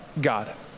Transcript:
God